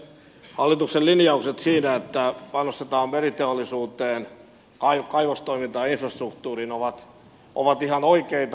hallituksen linjaukset siinä että panostetaan meriteollisuuteen kaivostoimintaan ja infrastruktuuriin ovat ihan oikeita